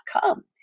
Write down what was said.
come